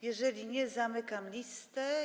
Jeżeli nie, zamykam listę.